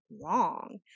wrong